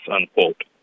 unquote